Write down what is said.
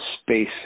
space